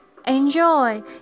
enjoy